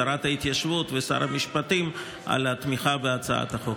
שרת ההתיישבות ושר המשפטים על התמיכה בהצעת החוק.